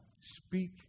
speak